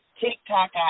TikTok